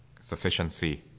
sufficiency